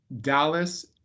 Dallas